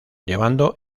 llevando